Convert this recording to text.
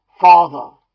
Father